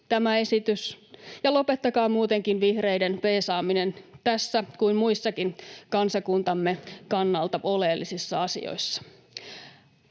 tämä esitys ja lopettakaa muutenkin vihreiden peesaaminen niin tässä kuin muissakin kansakuntamme kannalta oleellisista asioissa.